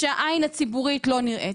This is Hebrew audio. שהעין הציבורית לא נראית.